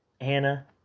Hannah